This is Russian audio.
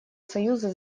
союза